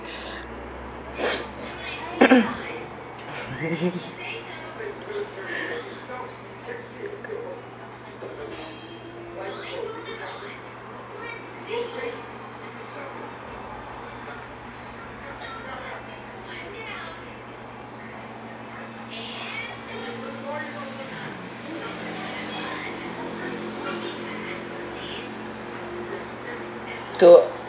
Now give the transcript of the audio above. to